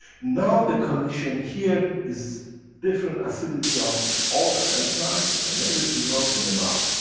now the condition here is different acidity of all the enzymes and everything else in the mouth.